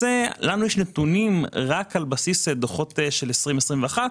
יש לנו נתונים רק על בסיס דוחות של 2021,